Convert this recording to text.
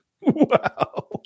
wow